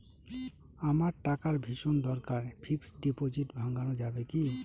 আমার টাকার ভীষণ দরকার ফিক্সট ডিপোজিট ভাঙ্গানো যাবে কি?